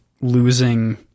losing